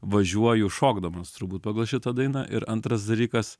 važiuoju šokdamas turbūt pagal šitą dainą ir antras dalykas